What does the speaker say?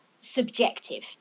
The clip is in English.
subjective